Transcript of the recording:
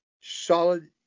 solid